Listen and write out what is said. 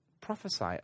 prophesy